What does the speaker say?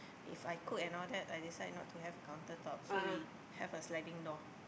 If I cook and all that I decide not to have a counter top so we have a sliding door